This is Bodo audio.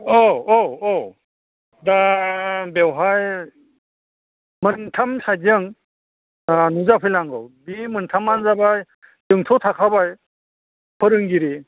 औ औ औ दा बेवहाय मोनथाम साइडजों नुजाफैनांगौ बे मोनथामआनो जाबाय जोंथ' थाखाबाय फोरोंगिरि